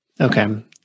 Okay